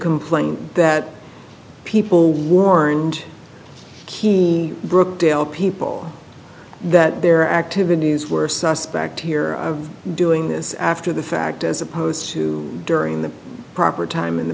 complaint that people warned key brookdale people that their activities were suspect here doing this after the fact as opposed to during the proper time in the